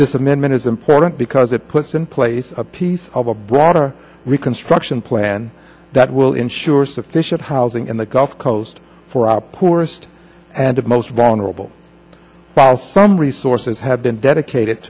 this amendment is important because it puts in place a piece of a broader reconstruction plan that will ensure sufficient housing in the gulf coast for our poorest and most vulnerable while some resources have been dedicated